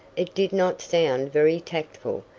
it did not sound very tactful,